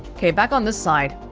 okay, back on this side